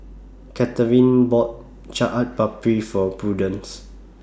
Katharyn bought Chaat Papri For Prudence